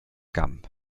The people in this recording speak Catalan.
camp